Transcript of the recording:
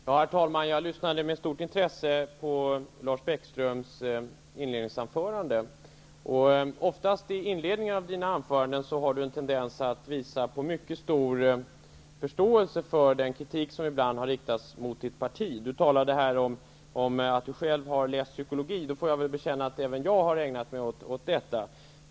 Herr talman! Jag lyssnade med stort intresse på Lars Bäckströms inledningsanförande. Han har ofta i inledningen av sina anföranden en tendens att visa mycket stor förståelse för den kritik som ibland har riktats mot hans parti. Lars Bäckström talade om att han har läst psykologi. Låt mig då bekänna att även jag har ägnat mig åt detta.